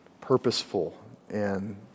purposeful—and